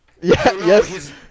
Yes